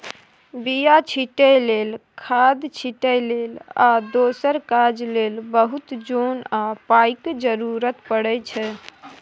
बीया छीटै लेल, खाद छिटै लेल आ दोसर काज लेल बहुत जोन आ पाइक जरुरत परै छै